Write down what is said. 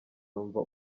yumva